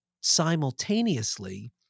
simultaneously